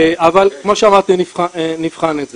כמו שאמרתי, אנחנו נבחן את זה.